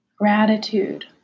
gratitude